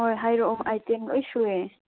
ꯍꯣꯏ ꯍꯥꯏꯔꯛꯑꯣ ꯑꯥꯏꯇꯦꯝ ꯂꯣꯏ ꯁꯨꯏꯌꯦ